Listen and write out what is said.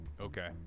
Okay